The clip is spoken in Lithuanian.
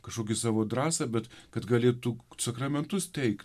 kažkokį savo drąsą bet kad galėtų sakramentus teikt